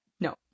no